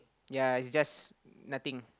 ya it's just nothing